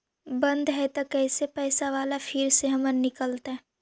बन्द हैं त कैसे पैसा बाला फिर से हमर निकलतय?